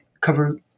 cover